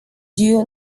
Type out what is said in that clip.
due